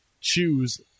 choose